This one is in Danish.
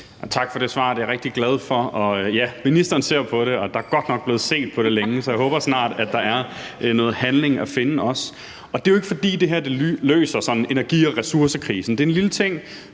Tak for det svar. Det er jeg rigtig glad for. Og ja, ministeren ser på det, og der er godt nok blevet set på det længe, så jeg håber, at der snart er noget handling at finde også. Og det er jo ikke, fordi det her sådan løser energi- og ressourcekrisen. Det er en lille ting,